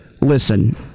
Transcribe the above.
listen –